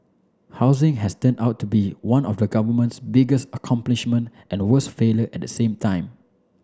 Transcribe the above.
housing has turned out to be one of the government's biggest accomplishment and worst failure at the same time